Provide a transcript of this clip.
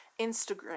Instagram